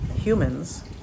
humans